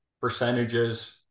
percentages